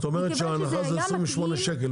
את אומרת שההנחה זה 28 שקלים.